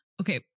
okay